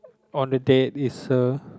on the date is a